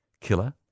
killer